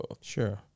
Sure